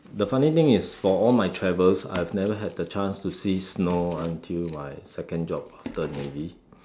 the funny thing is for all my travels I have never had the chance to see snow until my second job after navy